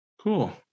Cool